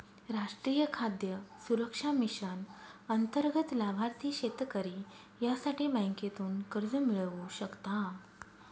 राष्ट्रीय खाद्य सुरक्षा मिशन अंतर्गत लाभार्थी शेतकरी यासाठी बँकेतून कर्ज मिळवू शकता